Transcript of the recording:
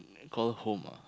call home ah